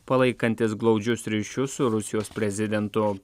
palaikantis glaudžius ryšius su rusijos prezidentu